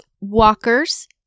walkers